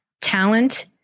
talent